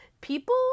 People